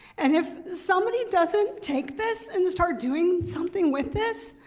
and if somebody doesn't take this and start doing something with this,